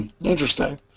Interesting